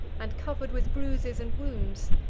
and covered with bruises and wounds,